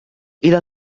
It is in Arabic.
إلى